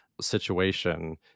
situation